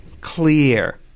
clear